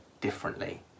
differently